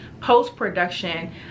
post-production